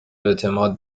اعتماد